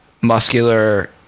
muscular